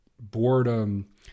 boredom